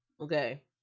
Okay